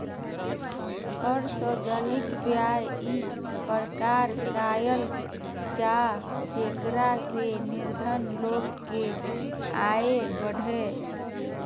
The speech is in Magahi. कर सार्वजनिक व्यय इ प्रकार कयल जाय जेकरा से निर्धन लोग के आय बढ़य